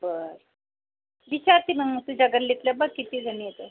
बर विचारते मग तुझ्या गल्लीतल्या बघ किती जणी आहेत